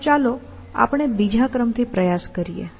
તો ચાલો આપણે બીજા ક્રમ થી પ્રયાસ કરીએ